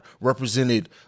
represented